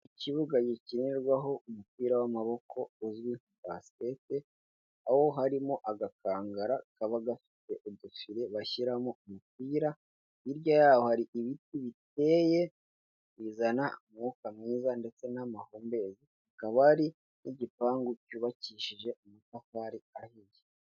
Icyumba cy'inama kirimo abantu batandukanye abo bantu harimo abagore n'abagabo. Bicaye ku ntebe zifite ibara ry'umukara. Imbere yaho hari ameza afite ibara rijya gusa nk'umutuku, kur'ayo meza hateretseho amakaye na terefone zigendanwa.